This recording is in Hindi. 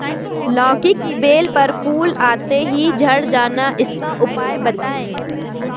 लौकी की बेल पर फूल आते ही झड़ जाना इसका उपाय बताएं?